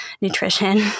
nutrition